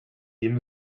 dem